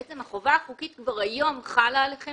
בעצם החובה החוקית כבר היום חלה עליכם